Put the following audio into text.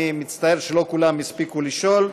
אני מצטער שלא כולם הספיקו לשאול,